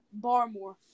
Barmore